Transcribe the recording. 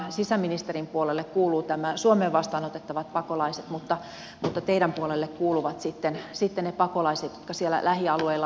sisäministerin puolelle kuuluvat suomeen vastaanotettavat pakolaiset mutta teidän puolellenne kuuluvat sitten ne pakolaiset jotka siellä lähialueilla ovat